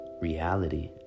reality